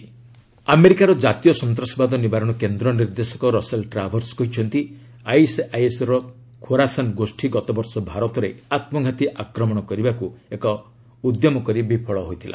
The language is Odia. ୟୁଏସ୍ ଆଇଏସ୍ ଆଇଏସ୍କେ ଆମେରିକାର କାତୀୟ ସନ୍ତାସବାଦ ନିବାରଣ କେନ୍ଦ୍ର ନିର୍ଦ୍ଦେଶକ ରସେଲ୍ ଟ୍ରାଭର୍ସ କହିଛନ୍ତି ଆଇଏସ୍ଆଇଏସ୍ର ଖୋରାସାନ୍ ଗୋଷ୍ଠୀ ଗତବର୍ଷ ଭାରତରେ ଆତ୍ମଘାତୀ ଆକ୍ରମଣ କରିବାକୁ ଏକ ଉଦ୍ୟମ କରି ବିଫଳ ହୋଇଥିଲା